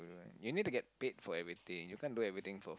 you need to get paid for everything you can't do everything for